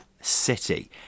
City